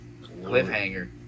cliffhanger